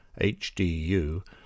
HDU